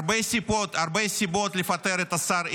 הרבה סיבות לפטר את השר איתמר: